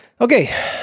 Okay